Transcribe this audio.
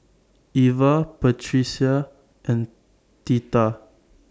Iva Patricia and Theta